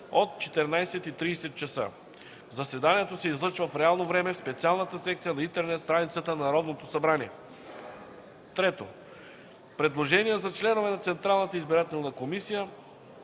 от 14,30 ч. Заседанието се излъчва в реално време в специалната секция на интернет страницата на Народното събрание. 3. Предложения за членове на Централната избирателна комисия